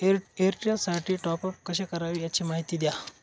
एअरटेलसाठी टॉपअप कसे करावे? याची माहिती द्या